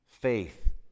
Faith